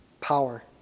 Power